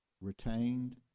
retained